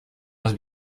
los